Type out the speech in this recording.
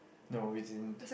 no we didn't